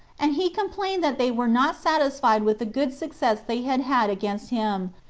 and he complained that they were not satisfied with the good success they had had against him,